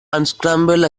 unscramble